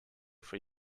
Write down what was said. for